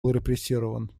репрессирован